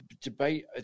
debate